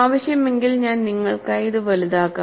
ആവശ്യമെങ്കിൽ ഞാൻ നിങ്ങൾക്കായി ഇത് വലുതാക്കാം